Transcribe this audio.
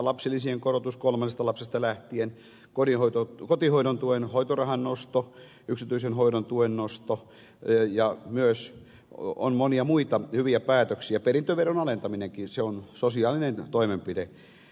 lapsilisien korotus kolmannesta lapsesta lähtien kotihoidon tuen hoitorahan nosto yksityisen hoidon tuen nosto ja myös monia muita hyviä päätöksiä perintöveron alentaminenkin se on sosiaalinen toimenpide